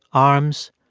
arms,